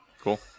Cool